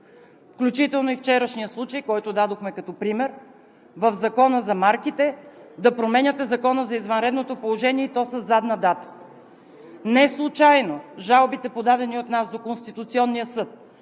включително и вчерашният случай, който дадохме като пример в Закона за марките, да променяте Закона за извънредното положение, и то със задна дата. Неслучайно жалбите, подадени от нас до Конституционния съд